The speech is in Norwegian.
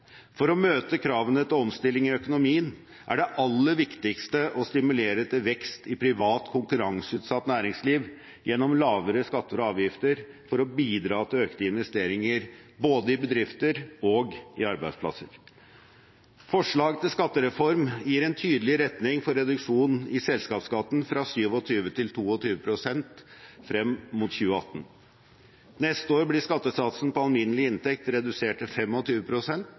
For å møte kravene til omstilling i økonomien er det aller viktigste å stimulere til vekst i privat, konkurranseutsatt næringsliv gjennom lavere skatter og avgifter for å bidra til økte investeringer både i bedrifter og arbeidsplasser. Forslag til skattereform gir en tydelig retning for reduksjon i selskapsskatten fra 27 til 22 pst. frem mot 2018. Neste år blir skattesatsen på alminnelig inntekt redusert til